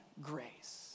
grace